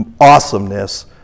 awesomeness